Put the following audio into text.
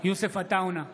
בהצבעה יוסף עטאונה,